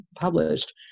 published